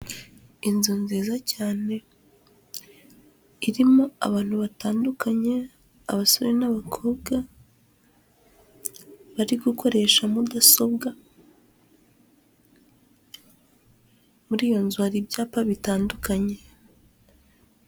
Inzu nziza cyane irimo abantu batandukanye, abasore n'abakobwa, bari gukoresha mudasobwa, muri iyo nzu hari ibyapa bitandukanye.